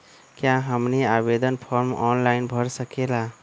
क्या हमनी आवेदन फॉर्म ऑनलाइन भर सकेला?